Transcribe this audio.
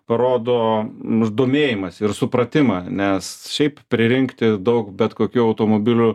parodo n domėjimąsi ir supratimą nes šiaip pririnkti daug bet kokių automobilių